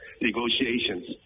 negotiations